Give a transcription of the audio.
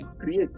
create